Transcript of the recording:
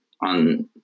on